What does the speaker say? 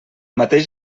mateix